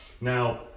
Now